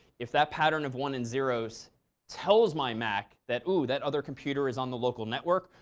if that pattern of one and zeros tells my mac that, ooh, that other computer is on the local network,